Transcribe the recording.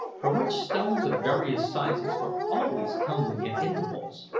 from which stones of various sizes were always tumbling at intervals.